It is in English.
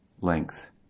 length